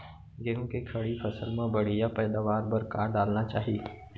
गेहूँ के खड़ी फसल मा बढ़िया पैदावार बर का डालना चाही?